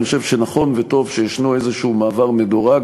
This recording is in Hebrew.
אני חושב שנכון וטוב שיש איזה מעבר מדורג